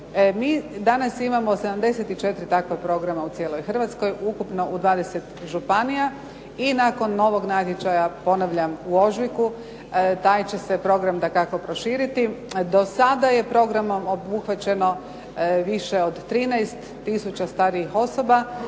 Mi danas imamo 74 takva programa u cijeloj Hrvatskoj ukupno u 20 županiji i nakon novog natječaja ponavljam u ožujku taj će se program dakako proširiti. Do sada je programom obuhvaćeno više od 13 tisuća starijih osoba.